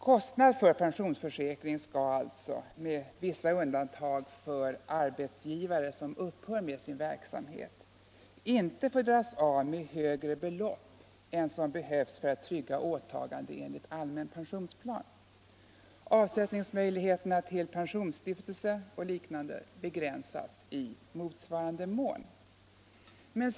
Kostnad för pensionsförsäkring skall alltså — med vissa undantag för arbetsgivare som upphör med sin verksamhet — inte få dras av med högre belopp än som behövs för att trygga åtagande enligt pensionsplan. Möjligheterna att avsätta medel till pensionsstiftelse och liknande begränsas i motsvarande mån.